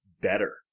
better